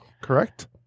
correct